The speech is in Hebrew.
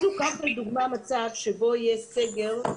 קח לדוגמה מצב בו יש סגר,